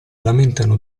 lamentano